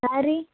ಹಾಂ ರೀ